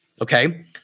okay